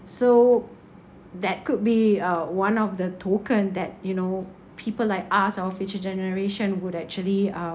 so that could be uh one of the token that you know people like us our future generation would actually uh